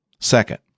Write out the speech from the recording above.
Second